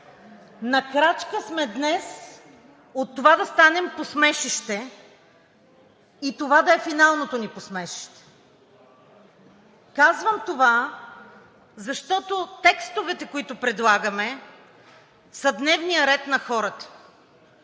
на крачка от това да станем посмешище и това да е финалното ни посмешище. Казвам това, защото от текстовете, които предлагаме, са дневният ред на хората.